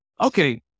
Okay